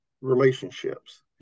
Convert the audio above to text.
relationships